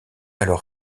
alors